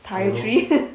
~chitry